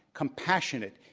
compassionate,